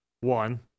one